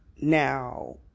now